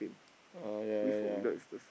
ah ya ya ya